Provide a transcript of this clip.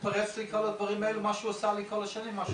זה מצטרף לכל הדברים שהוא עשה לי במשך כל השנים.